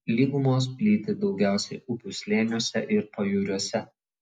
lygumos plyti daugiausiai upių slėniuose ir pajūriuose